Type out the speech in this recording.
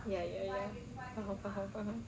ya ya ya faham faham faham